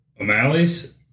O'Malley's